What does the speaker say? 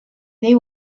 they